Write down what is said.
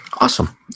Awesome